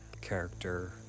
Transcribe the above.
character